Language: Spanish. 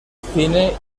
cine